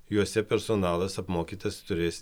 juose personalas apmokytas turės